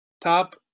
top